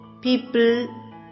people